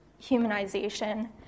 humanization